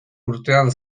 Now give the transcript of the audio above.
urtean